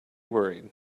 worried